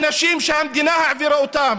אנשים שהמדינה העבירה אותם